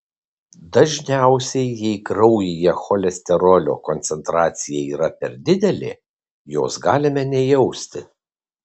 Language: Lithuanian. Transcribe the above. dažniausiai jei kraujyje cholesterolio koncentracija yra per didelė jos galime nejausti